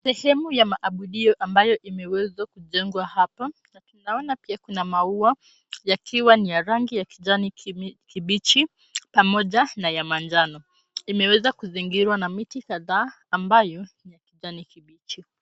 Sehemu ya maabudio ambayo imeweza kujengwa hapa na tunaona pia kuna maua yakiwa ni ya rangi ya kijani kibichi pamoja na ya manjano. Imeweza kuzingirwa na miti kadhaa ambayo ni ya kijani kibichi.